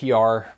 PR